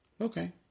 Okay